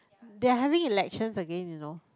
they're having elections again you know